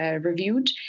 Reviewed